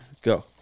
go